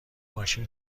ماشین